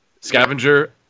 scavenger